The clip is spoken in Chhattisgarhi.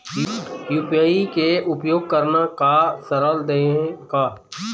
यू.पी.आई के उपयोग करना का सरल देहें का?